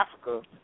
Africa